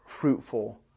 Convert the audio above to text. fruitful